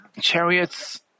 chariots